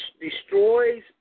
destroys